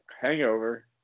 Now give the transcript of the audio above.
hangover